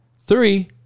three